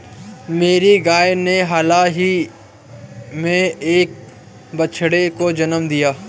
मेरी गाय ने हाल ही में एक बछड़े को जन्म दिया